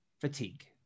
Fatigue